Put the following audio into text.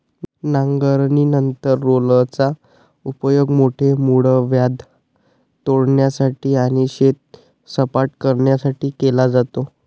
नांगरणीनंतर रोलरचा उपयोग मोठे मूळव्याध तोडण्यासाठी आणि शेत सपाट करण्यासाठी केला जातो